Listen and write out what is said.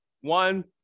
One